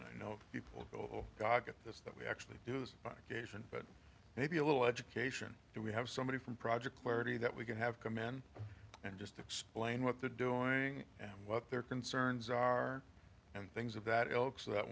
you know people go oh god get this that we actually use gays and but maybe a little education and we have somebody from project clarity that we could have come in and just explain what they're doing and what their concerns are and things of that ilk so that